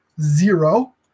Zero